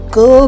go